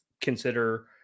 consider